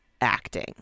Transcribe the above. acting